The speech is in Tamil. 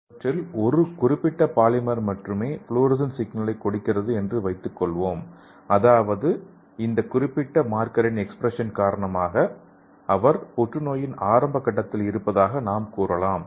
இவற்றில் ஒரு குறிப்பிட்ட பாலிமர் மட்டுமே ஃப்ளோரசன் சிக்னலைக் கொடுக்கிறது என்று வைத்துக்கொள்வோம் அதாவது இந்த குறிப்பிட்ட மார்க்கரின் எக்ஸ்பிரஷன் காரணமாக அவர் புற்றுநோயின் ஆரம்ப கட்டத்தில் இருப்பதாக நாம் கூறலாம்